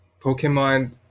Pokemon